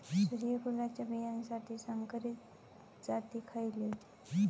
सूर्यफुलाच्या बियानासाठी संकरित जाती खयले?